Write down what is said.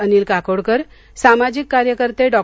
अनिल काकोडकर सामाजिक कार्यकर्ते डॉ